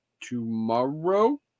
tomorrow